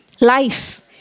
Life